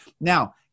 Now